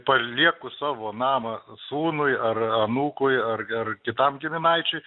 palieku savo namą sūnui ar anūkui ar kitam giminaičiui